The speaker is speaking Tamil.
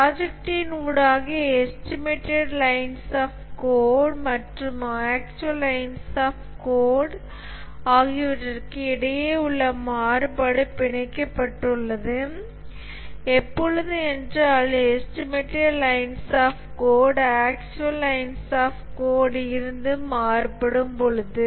ப்ராஜெக்ட்டின் ஊடாக எஸ்டிமேட்டட் லைன்ஸ் ஆஃப் கோட் மற்றும் ஆக்சுவல் லைன்ஸ் ஆஃப் கோட் ஆகியவற்றிற்கு இடையே உள்ள மாறுபாடு பிணைக்கப்பட்டுள்ளது எப்பொழுது என்றால் estimated lines of code actual lines of code இருந்து மாறுபடும் பொழுது